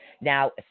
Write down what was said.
now